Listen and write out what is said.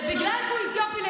בגלל שהוא אתיופי.